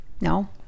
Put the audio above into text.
No